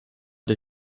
der